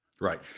Right